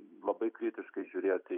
labai kritiškai žiūrėti